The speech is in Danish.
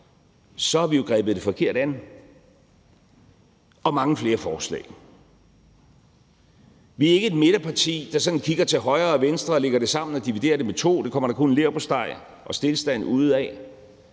så har vi jo grebet det forkert an. Og vi har mange flere forslag. Vi er ikke et midterparti, der sådan kigger til højre og venstre og lægger det sammen og dividerer det med to. Det kommer der kun leverpostej og stilstand ud af.